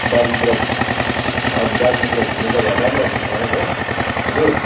दार्जिलिङतिर हजुर दार्जिलिङतिर घुम्ने जगाहरू राम्रो राम्रो छ हो हजुर